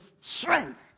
strength